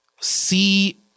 see –